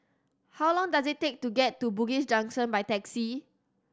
how long does it take to get to Bugis Junction by taxi